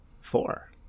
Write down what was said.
four